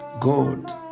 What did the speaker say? God